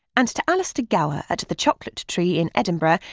and to alastair gower at the chocolate tree in edinburgh,